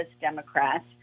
Democrats